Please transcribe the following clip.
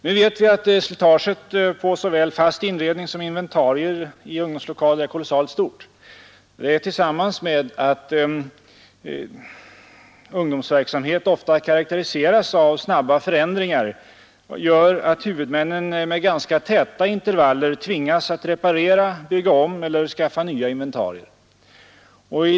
Nu vet vi att slitaget på såväl fast inredning som inventarier i ungdomslokaler är kolossalt stort. Detta tillsammans med att ungdomsverksamhet ofta karakteriseras av snabba förändringar gör att huvudmännen med ganska täta intervaller tvingas att reparera, bygga om och skaffa nya inventarier.